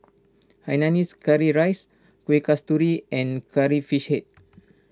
Hainanese Curry Rice Kuih Kasturi and Curry Fish Head